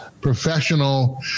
professional